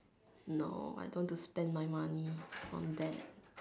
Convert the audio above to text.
no I don't want to spend my money on that